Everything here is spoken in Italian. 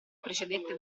precedette